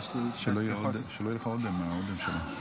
שלא יהיה לך אודם מהאודם שלה.